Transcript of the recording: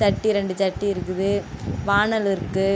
சட்டி ரெண்டு சட்டி இருக்குது வாணல் இருக்குது